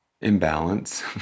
Imbalance